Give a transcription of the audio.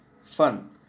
Fun